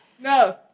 No